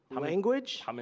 language